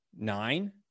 nine